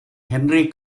henry